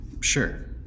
Sure